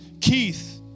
Keith